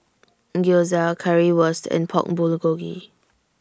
Gyoza Currywurst and Pork Bulgogi